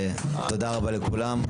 ותודה רבה לכולם.